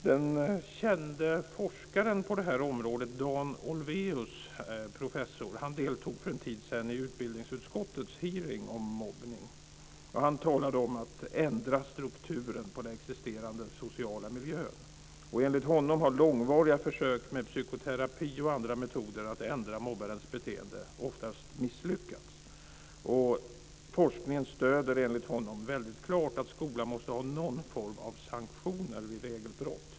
Den kände forskaren på detta område professor Dan Olweus deltog för en tid sedan i utbildningsutskottets hearing om mobbning. Han talade om att ändra strukturen på den existerande sociala miljön. Enligt honom har långvariga försök med psykoterapi och andra metoder för att ändra mobbarens beteende oftast misslyckats. Forskningen stöder enligt honom klart att skolan måste ha någon form av sanktioner vid regelbrott.